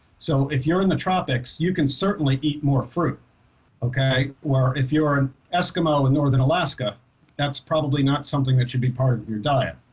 so if you're in the tropics you can certainly eat more fruit okay or if you are an eskimo in northern alaska that's probably not something that should be part of your diet.